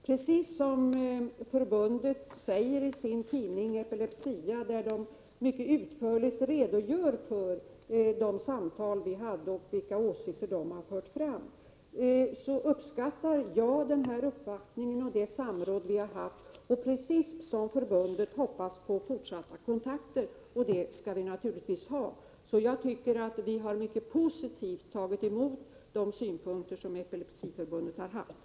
Precis som förbundet säger i sin tidning Epilepsia, där man utförligt redogör för de samtal som vi hade och vilka åsikter som fördes fram, uppskattar jag uppvaktningen och det samråd som vi haft, och precis som förbundet hoppas jag på fortsatta kontakter, som vi naturligtvis skall ha. Jag tycker att vi mycket positivt har tagit emot de synpunkter som Epilepsiförbundet har haft.